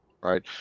right